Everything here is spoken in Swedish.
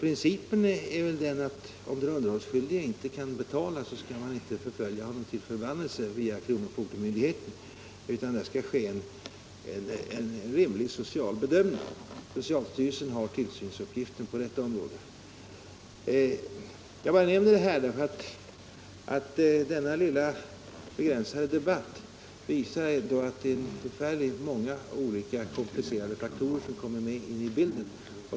Principen är väl den att om den underhållsskyldige inte kan betala, skall man inte förfölja honom till förbannelse via kronofogdemyndigheten, utan där skall ske en rimlig social bedömning. Socialstyrelsen har tillsynsuppgiften på detta område. Jag bara nämner det här därför att denna lilla begränsade debatt visar att det är förfärligt många komplicerade faktorer som kommer in i bilden.